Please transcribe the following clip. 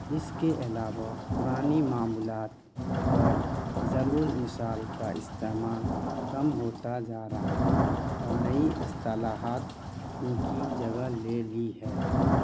اس کے علاوہ پرانی معمولات اور ضرب الامثال کا استعمال کم ہوتا جا رہا ہے اور نئی اصطلاحات ان کی جگہ لے لی ہے